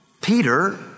Peter